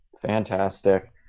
fantastic